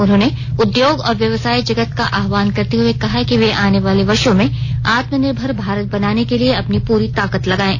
उन्होंने उद्योग और व्यवसाय जगत का आहवान करते हुए कहा कि वे आने वाले वर्षो में आत्मनिर्भर भारत बनाने के लिए अपनी पूरी ताकत लगाएं